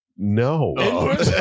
No